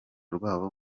rwabo